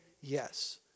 yes